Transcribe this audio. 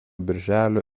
birželio